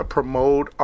Promote